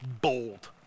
bold